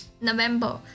november